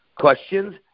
questions